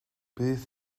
bydd